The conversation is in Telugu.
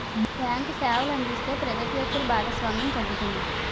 బ్యాంకు సేవలు అందిస్తే ప్రైవేట్ వ్యక్తులు భాగస్వామ్యం తగ్గుతుంది